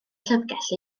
llyfrgell